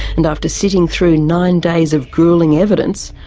and after sitting through nine days of gruelling evidence,